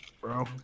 Bro